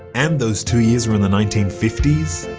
and those two years were in the nineteen fifty s,